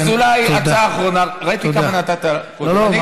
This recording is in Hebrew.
אז אולי הצעה אחרונה, ראיתי כמה נתת לה, לא, לא.